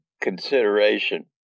consideration